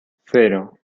cero